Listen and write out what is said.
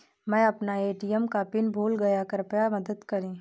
मै अपना ए.टी.एम का पिन भूल गया कृपया मदद करें